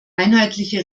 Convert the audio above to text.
einheitliche